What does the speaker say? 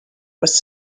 was